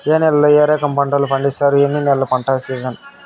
ఏ నేలల్లో ఏ రకము పంటలు పండిస్తారు, ఎన్ని నెలలు పంట సిజన్?